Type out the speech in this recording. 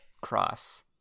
cross